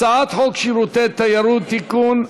הצעת חוק שירותי תיירות (תיקון,